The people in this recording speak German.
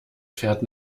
fährt